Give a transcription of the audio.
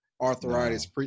arthritis